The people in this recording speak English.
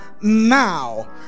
now